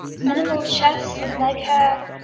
minimal chest and leg hair,